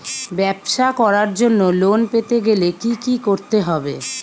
ব্যবসা করার জন্য লোন পেতে গেলে কি কি করতে হবে?